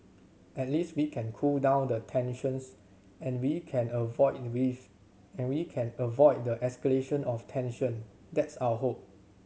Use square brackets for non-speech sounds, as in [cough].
at least we can cool down the tensions and we can avoid the [unintelligible] and we can avoid the escalation of tension that's our hope